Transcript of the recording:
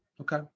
Okay